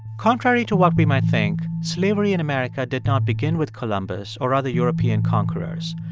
contrary to what we might think, slavery in america did not begin with columbus or other european conquerors.